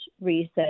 research